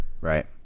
Right